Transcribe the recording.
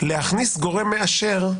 להכניס גורם מאשר,